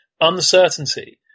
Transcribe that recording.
uncertainty